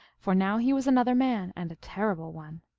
for now he was another man, and a terrible one.